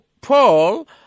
Paul